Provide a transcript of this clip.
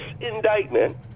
indictment